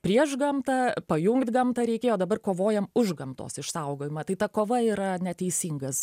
prieš gamtą pajungt gamtą reikėjo dabar kovojam už gamtos išsaugojimą tai ta kova yra neteisingas